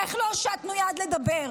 איך לא הושטנו יד לדבר?